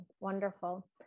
wonderful